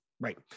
right